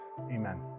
Amen